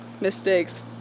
mistakes